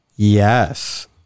yes